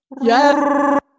Yes